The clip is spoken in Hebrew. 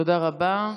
תודה רבה.